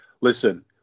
listen